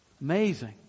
Amazing